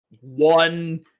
one